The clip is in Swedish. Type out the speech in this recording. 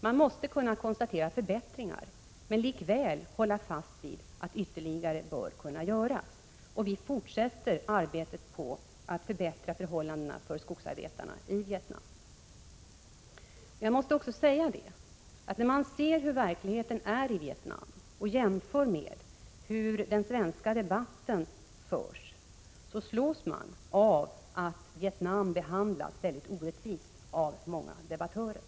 Man måste kunna konstatera förbättringar men likväl hålla fast vid att mer bör kunna göras. Vi fortsätter arbetet på att förbättra förhållandena för skogsarbetarna i Vietnam. Jag måste också säga att när man ser hur verkligheten är i Vietnam och jämför med hur den svenska debatten förs, så slås man av att Vietnam behandlas mycket orättvist av många debattörer.